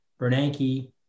Bernanke